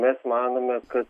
mes manome kad